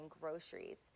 groceries